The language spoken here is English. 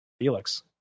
Felix